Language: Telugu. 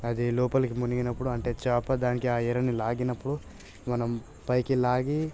అది లోపలికి మునిగినప్పుడు అంటే చాప దానికి ఆ ఎరని లాగినప్పుడు మనం పైకి లాగి